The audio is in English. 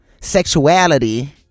sexuality